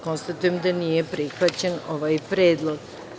Konstatujem da nije prihvaćen ovaj predlog.